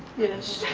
yes,